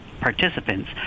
participants